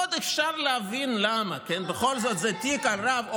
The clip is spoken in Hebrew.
עוד אפשר להבין למה, בכל זאת זה תיק על רב.